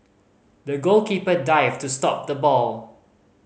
the goalkeeper dived to stop the ball